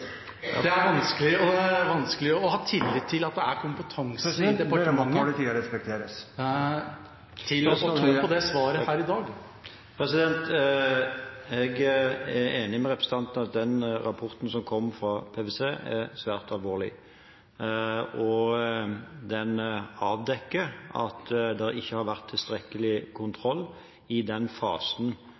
muligheten er helt åpenbar. Det er vanskelig å ha tillit til at det er kompetanse … Presidenten ber om at taletiden respekteres. Jeg er enig med representanten i at den rapporten som kom fra PwC, er svært alvorlig. Den avdekker at det ikke har vært tilstrekkelig kontroll i den fasen